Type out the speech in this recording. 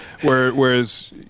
whereas